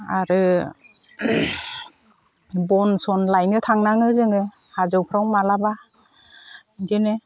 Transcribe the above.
आरो बन सन लायनो थांनाङो जोङो हाजोफोराव माब्लाबा बिदिनो